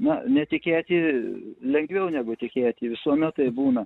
na netikėti lengviau negu tikėti visuomet taip būna